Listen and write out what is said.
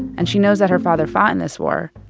and, she knows that her father fought in this war.